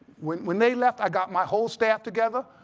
when when they left, i got my whole staff together,